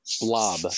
blob